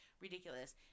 ridiculous